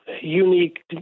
unique